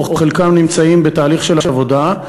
או חלקן נמצאות בתהליך של עבודה,